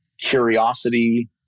curiosity